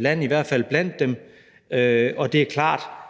land, i hvert fald havde vi været blandt dem, og det er klart,